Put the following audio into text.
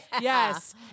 Yes